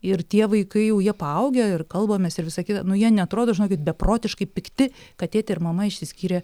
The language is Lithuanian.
ir tie vaikai jau jie paaugę ir kalbamės ir visa kita nu jie neatrodo žinokit beprotiškai pikti kad tėtė ir mama išsiskyrė